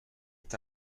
est